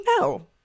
no